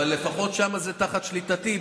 אבל לפחות שם זה תחת שליטתי,